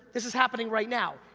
this is happening right now.